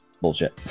bullshit